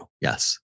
yes